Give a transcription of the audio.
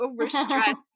overstressed